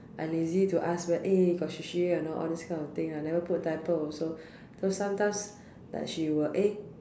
I lazy to ask wh~ eh got Xu Xu or not all these kind of things lah I never put diaper also so sometimes like she will eh